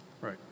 Right